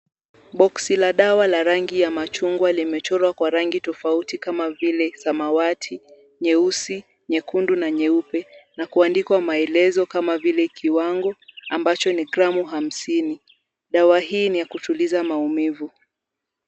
Boksi la dawa la rangi ya machungwa, limechorwa kwa rangi tofauti kama vile, samawati, nyeusi, nyekundu na nyeupe, na kuandikwa maelezo kama vile kiwango ambacho ni gramu hamsini. Dawa hii ni ya kutuliza maumivu.